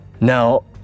Now